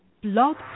Blog